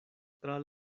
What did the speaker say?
tra